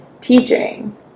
teaching